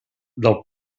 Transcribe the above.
del